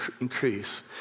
increase